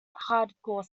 hardcore